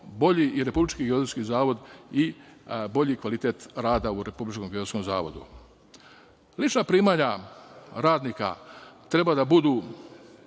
bolji i Republički geodetski zavod i bolji kvalitet rada u Republičkom geodetskom zavodu. Lična primanja radnika treba da budu